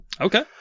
Okay